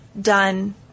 done